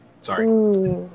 Sorry